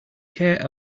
care